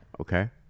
Okay